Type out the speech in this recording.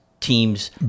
teams